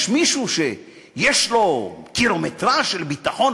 יש מישהו שיש לו קילומטרז' של ביטחון,